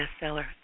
bestseller